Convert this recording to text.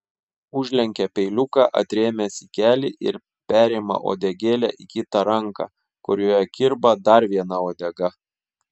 užlenkia peiliuką atrėmęs į kelį ir perima uodegėlę į kitą ranką kurioje kirba dar viena uodega